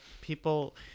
people